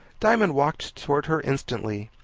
diamond walked towards her instantly.